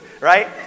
right